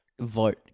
vote